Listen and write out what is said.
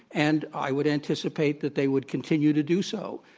and i would anticipate that they would continue to do so.